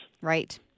Right